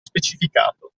specificato